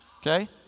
okay